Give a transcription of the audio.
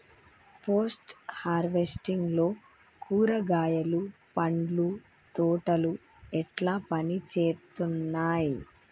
Post harvesting లో కూరగాయలు పండ్ల తోటలు ఎట్లా పనిచేత్తనయ్?